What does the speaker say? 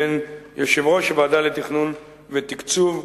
בין יושב-ראש הוועדה לתכנון ותקצוב,